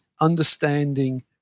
understanding